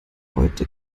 heute